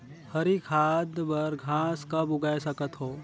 हरी खाद बर घास कब उगाय सकत हो?